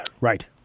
Right